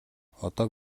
одоо